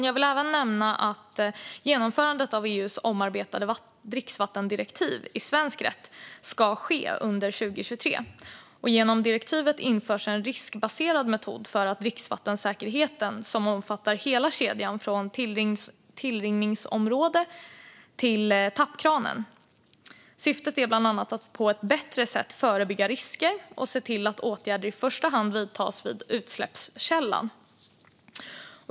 Jag vill även nämna att genomförandet av EU:s omarbetade dricksvattendirektiv i svensk rätt ska ske under 2023. Genom direktivet införs en riskbaserad metod för dricksvattensäkerhet som omfattar hela kedjan från tillrinningsområde till tappkran. Syftet är bland annat att på ett bättre sätt förebygga risker och se till att åtgärder i första hand vidtas vid utsläppskällan.